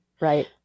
Right